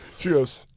she goes,